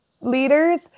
leaders